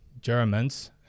Germans